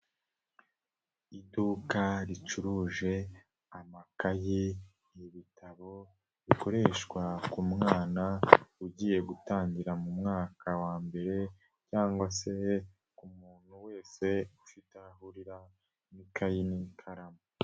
Iduka ricuruje: amakayi, ibitabo, bikoreshwa ku mwana ugiye gutangira mu mwaka wa mbere cyangwa se ku muntu wese ufite ahurira n'ikayi n'ikaramu.